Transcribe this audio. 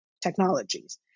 technologies